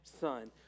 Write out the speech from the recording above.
son